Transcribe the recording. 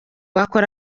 akora